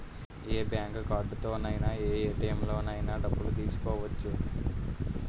ఏ bank కార్డుతోనైన ఏ ATM లోనైన డబ్బులు తీసుకోవచ్చు